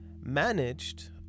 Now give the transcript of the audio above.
managed